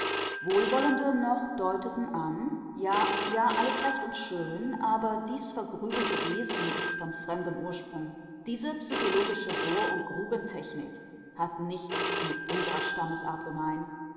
wohlwollende noch deuteten an ja ja alles recht und schön aber dies vergrübelte wesen ist von fremdem ursprung diese psychologische bohrund grubentechnik hat nichts mit